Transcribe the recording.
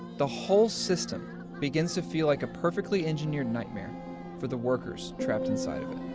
the whole system begins to feel like a perfectly engineered nightmare for the workers trapped inside of it.